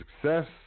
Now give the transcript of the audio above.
success